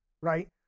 right